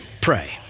pray